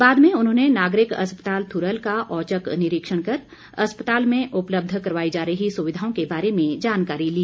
बाद में उन्होंने नागरिक अस्पताल थुरल का औचक निरीक्षण कर अस्पताल में उपलब्ध करवाई जा रही सुविधाओं के बारे में जानकारी ली